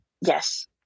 Yes